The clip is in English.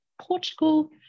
Portugal